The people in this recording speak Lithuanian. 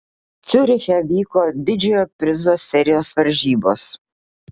ciuriche vyko didžiojo prizo serijos varžybos